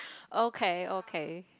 okay okay